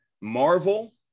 Marvel